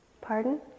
Pardon